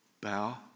bow